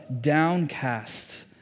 downcast